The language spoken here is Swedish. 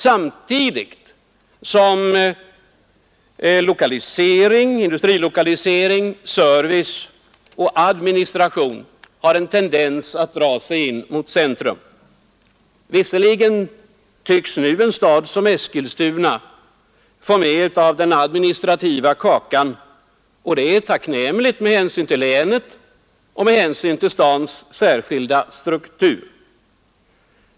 Samtidigt har industrilokalisering, service och administration en tendens att dra sig in mot centrum. Visserligen tycks nu en stad som Eskilstuna få med av den administrativa kakan, och det är tacknämligt med hänsyn till länet och till stadens särskilda struktur.